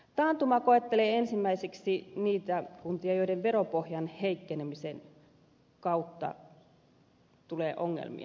taantuma koettelee ensimmäiseksi niitä kuntia joille veropohjan heikkenemisen kautta tulee ongelmia